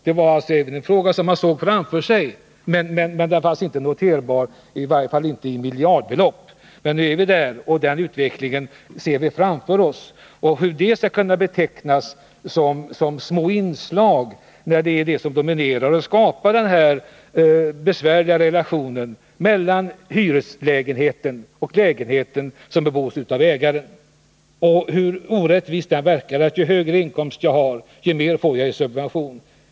Man visste att problemet fanns, men det fanns alltså inga uppgifter — i varje fall inte om miljardbelopp. Men nu är vi där att problemet tagits fram, och vi kan ana utvecklingen framför oss. Och jag frågar: Hur skall detta belopp kunna betecknas som små inslag, när det är detta problem som dominerar bilden och som skapar den besvärliga situation som råder — med stora skillnader mellan hyreslägenheten och bostaden som bebos av ägaren? Den orättvisa verkan är ju här att ju högre inkomst man har, desto mer får man i subventioner.